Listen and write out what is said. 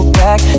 back